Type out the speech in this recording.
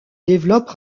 développe